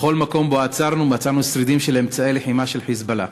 בכל מקום שעצרנו מצאנו שרידים של אמצעי לחימה של "חיזבאללה".